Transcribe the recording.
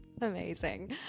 Amazing